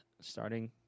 starting